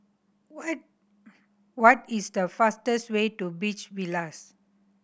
what is the fastest way to Beach Villas